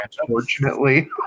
unfortunately